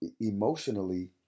emotionally